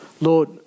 Lord